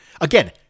Again